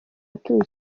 batuye